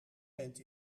bent